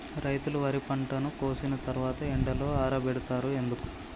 రైతులు వరి పంటను కోసిన తర్వాత ఎండలో ఆరబెడుతరు ఎందుకు?